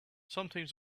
sometimes